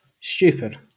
stupid